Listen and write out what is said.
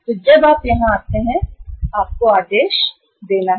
तो जब आप यहाँ आते हैं आपको पुन आदेश देना है